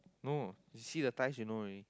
no you see the ties you know already